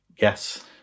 Yes